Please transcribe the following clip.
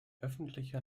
öffentlicher